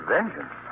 Vengeance